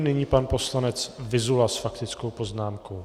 Nyní pan poslanec Vyzula s faktickou poznámkou.